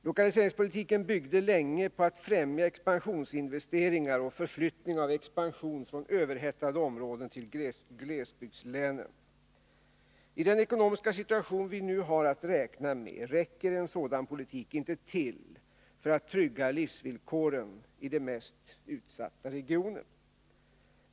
Lokaliseringspolitiken byggde länge på att främja expansionsinvesteringar och på förflyttning av expansion från överhettade områden till glesbygdslänen. I den ekonomiska situation vi nu har att räkna med räcker en sådan politik inte till för att trygga livsvillkoren i de mest utsatta regionerna.